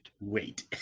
wait